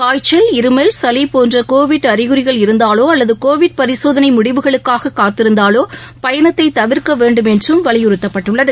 காய்ச்சல் இருமல் சளி போன்ற கோவிட் அறிகுறிகள் இருந்தாலோ அல்லது கோவிட் பரிசோதனை முடிவுகளுக்காக காத்திருந்தாலோ பயணத்தை தவிர்க்க வேண்டும் என்றும் வலியுறுத்தப்பட்டுள்ளது